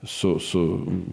su su